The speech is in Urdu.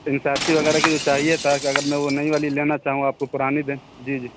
این سی آر ٹی وغیرہ کی جو چاہیے تھا اگر میں وہ نئی والی لینا چاہوں آپ کو پرانی دیں جی جی